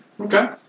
Okay